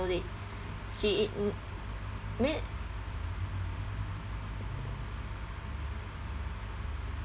it she e~ mean